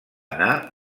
anar